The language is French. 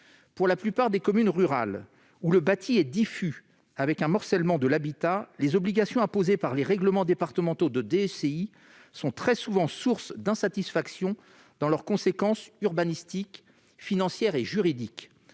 Pour la plupart des communes rurales, où le bâti est diffus et l'habitat morcelé, les obligations imposées par les règlements départementaux de DECI sont très souvent source d'insatisfaction, compte tenu des contraintes urbanistiques, financières et juridiques